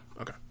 okay